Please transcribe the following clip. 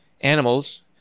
animals